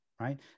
right